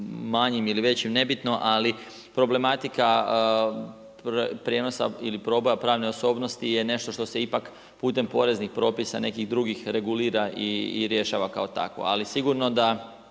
manjim ili većim nebitno ali problematika prijenosa ili proboja pravne osobnosti je nešto što se ipak putem poreznih propisa nekih drugih regulira i rješava kao takvo. Ali sigurno da